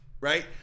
Right